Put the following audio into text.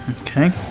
Okay